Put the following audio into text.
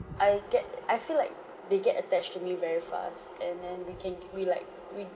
I get I feel like they get attached to me very fast and then we can we like we